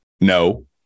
no